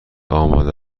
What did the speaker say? آماده